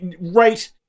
Right